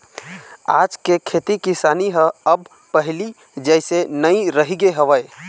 आज के खेती किसानी ह अब पहिली जइसे नइ रहिगे हवय